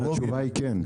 התשובה היא כן.